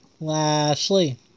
Lashley